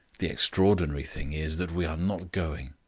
the extraordinary thing is that we are not going.